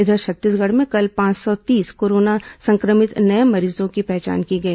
इधर छत्तीसगढ़ में कल पांच सौ तीस कोरोना संक्रमित नये मरीजों की पहचान की गई